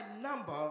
number